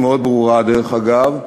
מאוד ברורה דרך אגב,